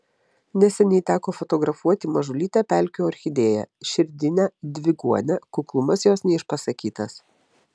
neseniai teko fotografuoti mažulytę pelkių orchidėją širdinę dviguonę kuklumas jos neišpasakytas